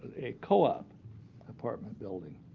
a co-op apartment building.